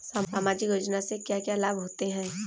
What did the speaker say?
सामाजिक योजना से क्या क्या लाभ होते हैं?